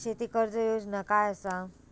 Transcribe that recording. शेती कर्ज योजना काय असा?